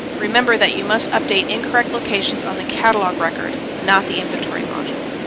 remember that you must update incorrect locations on the catalog record not the inventory module.